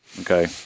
Okay